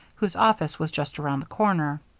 whose office was just around the corner.